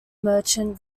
merchant